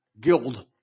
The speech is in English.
guild